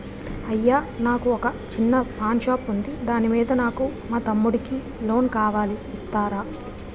అయ్యా నాకు వొక చిన్న పాన్ షాప్ ఉంది దాని మీద నాకు మా తమ్ముడి కి లోన్ కావాలి ఇస్తారా?